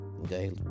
okay